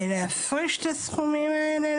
ולהפריש אליה את הסכומים האלה.